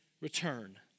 return